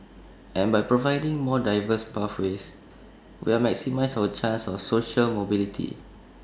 and by providing more diverse pathways we maximise our chances of social mobility